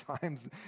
times